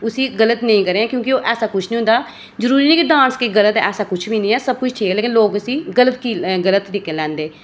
उसी गलत नेईं करें क्यूंकि ऐसा कुछ निं होंदा जरूरी नेईं कि डांस गलत ऐ ऐसा कुछ बी नेईं ऐ सब कुछ ठीक ऐ लेकिन लोक इसी गलत की गलत तरीके नै लैंदे